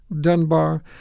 Dunbar